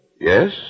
Yes